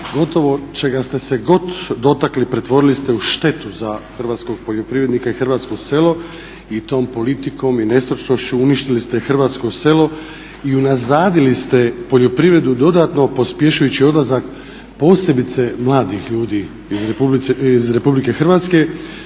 gotovo čega ste se god dotakli pretvorili ste u štetu za hrvatskog poljoprivrednika i hrvatsko selo i tom politikom i nestručnošću uništili ste hrvatsko selo i unazadili ste poljoprivredu dodatno pospješujući odlazak posebice mladih ljudi iz Republike Hrvatske.